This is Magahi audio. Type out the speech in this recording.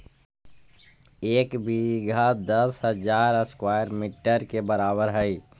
एक बीघा दस हजार स्क्वायर मीटर के बराबर हई